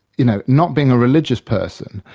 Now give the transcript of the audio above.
you know not being a religious person,